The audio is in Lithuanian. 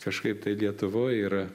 kažkaip tai lietuvoj yra